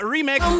Remix